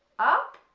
up,